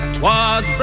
T'was